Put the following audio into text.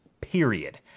period